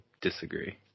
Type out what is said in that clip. disagree